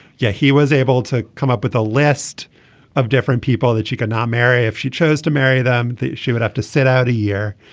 yeah he was able to come up with a list of different people that she could not marry if she chose to marry them. she would have to sit out a year.